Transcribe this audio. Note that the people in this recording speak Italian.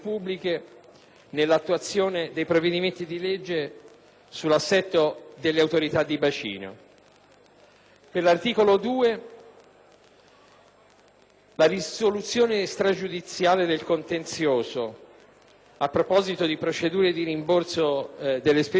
l'articolo 2, la risoluzione extragiudiziale del contenzioso, a proposito delle procedure di rimborso delle spese di bonifica e di ripristino delle aree contaminate, può comportare